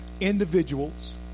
individuals